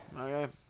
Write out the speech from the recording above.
okay